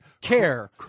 care